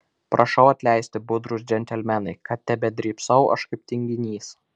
prašau atleisti budrūs džentelmenai kad tebedrybsau aš kaip tinginys